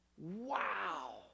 Wow